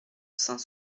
cent